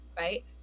right